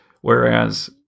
Whereas